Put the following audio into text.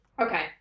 Okay